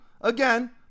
again